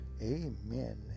Amen